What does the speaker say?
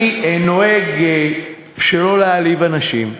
אני נוהג שלא להעליב אנשים,